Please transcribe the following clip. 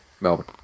Melbourne